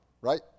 Right